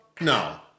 No